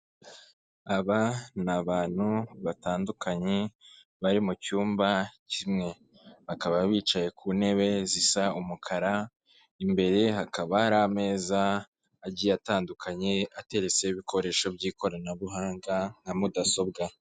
Aba ni abantu batandukanye bari mu cyumba kimwe, bakaba bicaye ku ntebe zisa umukara, imbere hakaba hari ameza agiye atandukanye, ateretseho ibikoresho by'ikoranabuhanga nka mudasobwa.